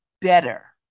better